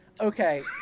Okay